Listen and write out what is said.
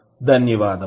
ధన్యవాదములు